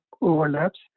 overlaps